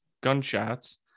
gunshots